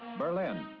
berlin.